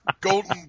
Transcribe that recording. Golden